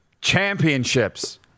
championships